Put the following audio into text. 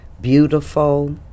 beautiful